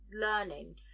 learning